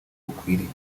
bukwiriye